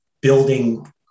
building